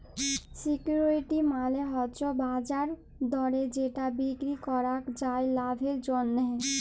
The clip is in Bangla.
সিকিউরিটি মালে হচ্যে বাজার দরে যেটা বিক্রি করাক যায় লাভের জন্যহে